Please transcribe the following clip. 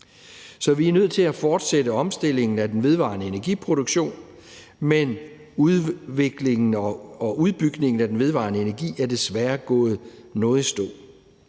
Så vi er nødt til at fortsætte omstillingen af den vedvarende energiproduktion, men udviklingen og udbygningen af den vedvarende energi er desværre gået noget i stå.